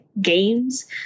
games